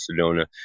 Sedona